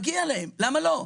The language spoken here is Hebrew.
מגיע להם, למה לא?